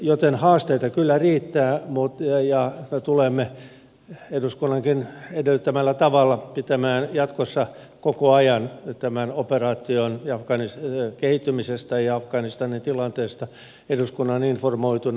joten haasteita kyllä riittää ja tulemme eduskunnankin edellyttämällä tavalla jatkossa koko ajan tämän operaation kehittymisestä ja afganistanin tilanteesta pitämään eduskunnan informoituna